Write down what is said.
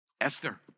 Esther